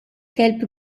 kelb